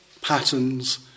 patterns